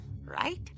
right